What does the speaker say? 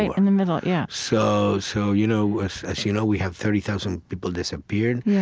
in the middle. yeah so, so you know as you know, we have thirty thousand people disappeared. yeah